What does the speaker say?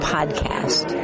Podcast